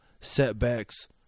setbacks